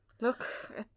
Look